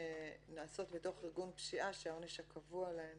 שנעשות בתוך ארגון פשיעה שהעונש הקבוע שלהן